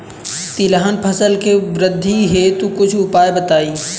तिलहन फसल के वृद्धि हेतु कुछ उपाय बताई?